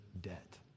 debt